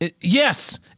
Yes